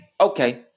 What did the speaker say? Okay